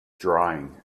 drying